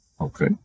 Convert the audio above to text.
okay